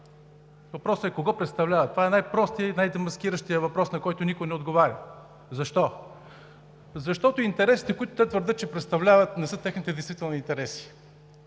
Въпросът е: кого представляват? Това е най-простият и най-демаскиращият въпрос, на който никой не отговаря. Защо? Защото интересите, които те твърдят, че представляват, не са техните действителни интереси.